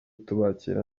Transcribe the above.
tubakira